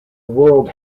world